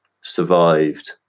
survived